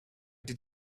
did